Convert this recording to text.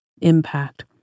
impact